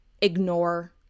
ignore